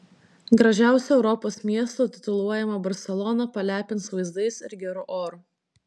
gražiausiu europos miestu tituluojama barselona palepins vaizdais ir geru oru